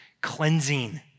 cleansing